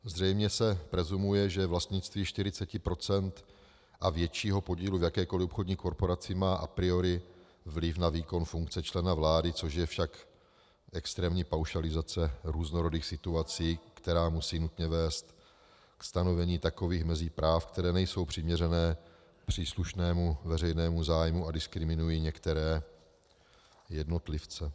Zřejmě se presumuje, že vlastnictví 40 % a většího podílu v jakékoli obchodní korporaci má a priori vliv na výkon funkce člena vlády, což je však extrémní paušalizace různorodých situací, která musí nutně vést ke stanovení takových mezí práv, které nejsou přiměřené příslušnému veřejnému zájmu a diskriminují některé jednotlivce.